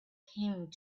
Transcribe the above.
came